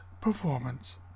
performance